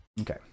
Okay